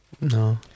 No